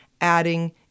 adding